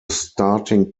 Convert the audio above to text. starting